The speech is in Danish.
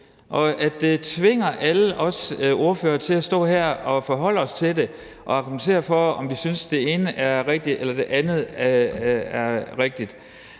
og at det tvinger alle os ordførere til at stå her og forholde os til det og argumentere for, om vi synes, det ene er rigtigt eller det andet er rigtigt.